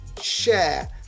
share